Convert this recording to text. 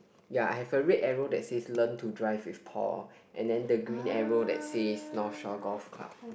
ya have a red error that is learn to drive with tall and then the green error that is North Shore Golf Club